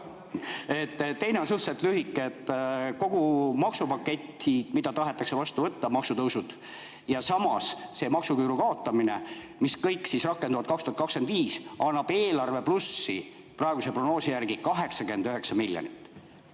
Teine on suhteliselt lühike. Kogu maksupakett, mida tahetakse vastu võtta, maksutõusud, ja see maksuküüru kaotamine, mis kõik rakenduvad 2025, annab eelarvele plussi praeguse prognoosi järgi 89 miljonit.